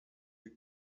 you